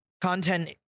Content